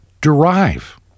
derive